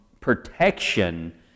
protection